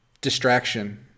Distraction